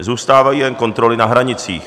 Zůstávají jen kontroly na hranicích.